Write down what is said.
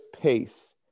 pace